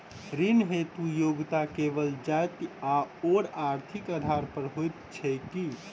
ऋण हेतु योग्यता केवल जाति आओर आर्थिक आधार पर होइत छैक की?